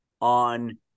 on